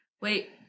Wait